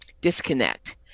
disconnect